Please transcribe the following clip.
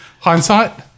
Hindsight